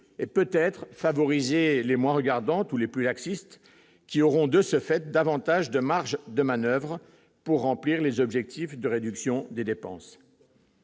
et peut-être favoriser les moins regardants tous les plus laxistes qui auront de ce fait davantage de marge de manoeuvre pour remplir les objectifs de réduction des dépenses.